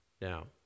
Now